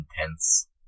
intense